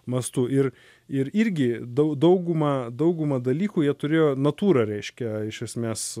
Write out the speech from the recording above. mastu ir ir irgi dau daugumą daugumą dalykų jie turėjo natūra reiškia iš esmės